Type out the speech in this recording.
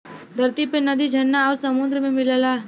धरती पे नदी झरना आउर सुंदर में मिलला